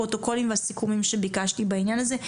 לפרוטוקולים והסיכומים שביקשתי בעניין הזה,